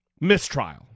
Mistrial